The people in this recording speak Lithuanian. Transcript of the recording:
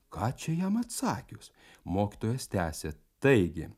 ką čia jam atsakius mokytojas tęsia taigi